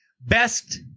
Best